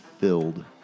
filled